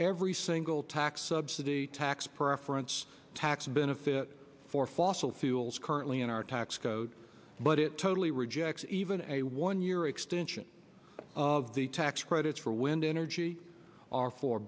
every single tax subsidy tax preference tax benefit for fossil fuels currently in our tax code but it totally rejects even a one year extension of the tax credits for wind energy or for